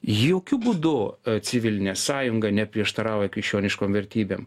jokiu būdu civilinė sąjunga neprieštarauja krikščioniškom vertybėm